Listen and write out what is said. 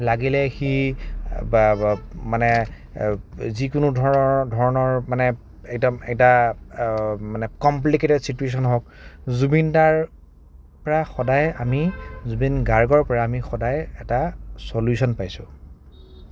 লাগিলে সি বা মানে যিকোনো ধৰ ধৰণৰ মানে একদম এটা মানে কম্প্লিকেটেড ছিটুৱেশ্যন হওঁক জুবিনদাৰ পৰা সদায় আমি জুবিন গাৰ্গৰ পৰা সদায় আমি সদায় এটা চলিউশ্যন পাইছোঁ